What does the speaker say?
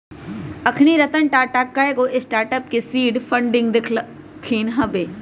अखनी रतन टाटा कयगो स्टार्टअप के सीड फंडिंग देलखिन्ह हबे